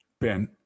Ben